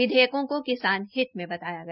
विधेयकों को किसान हित में बताया गया